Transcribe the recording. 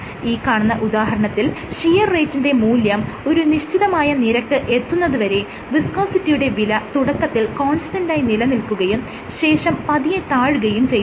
ഈ കാണുന്ന ഉദാഹരണത്തിൽ ഷിയർ റേറ്റിന്റെ മൂല്യം ഒരു നിശ്ചിതമായ നിരക്ക് എത്തുന്നത് വരെ വിസ്കോസിറ്റിയുടെ വില തുടക്കത്തിൽ കോൺസ്റ്റന്റായി നിലനിൽക്കുകയും ശേഷം പതിയെ താഴുകയും ചെയ്യുന്നു